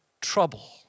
trouble